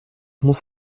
muss